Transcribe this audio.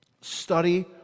study